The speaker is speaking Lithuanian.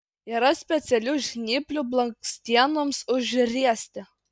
yra specialių žnyplių blakstienoms užriesti